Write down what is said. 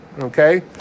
okay